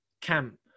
camp